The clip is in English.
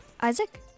Isaac